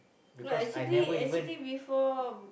no actually actually before